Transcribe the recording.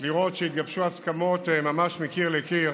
לראות שהתגבשו הסכמות מקיר לקיר